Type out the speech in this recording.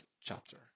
chapter